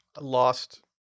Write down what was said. lost